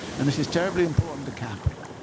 and this is terribly important to capital.